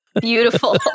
Beautiful